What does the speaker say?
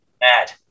mad